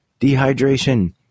dehydration